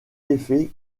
effet